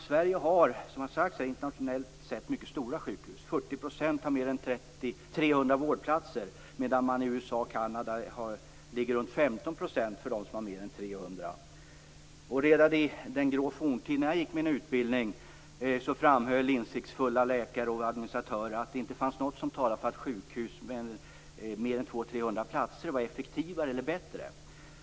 Sverige har, som har sagts här, internationellt sett mycket stora sjukhus. 40 % har mer än 300 vårdplatser, medan det i USA och Kanada är runt 15 % av sjukhusen som har mer än 300 platser. Redan i den grå forntiden när jag gick min utbildning framhöll insiktsfulla läkare och administratörer att det inte fanns något som talade för att sjukhus med mer än 200-300 platser var effektivare eller bättre.